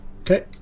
Okay